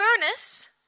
furnace